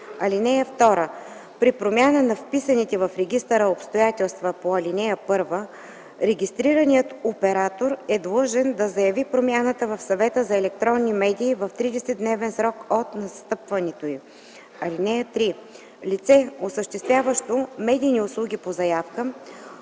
медии. (2) При промяна на вписаните в регистъра обстоятелства по ал. 1 регистрираният оператор е длъжен да заяви промяната в Съвета за електронни медии в 30-дневен срок от настъпването й. (3) Лице, осъществяващо медийни услуги по заявка,